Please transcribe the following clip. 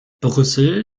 brüssel